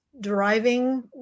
driving